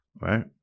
right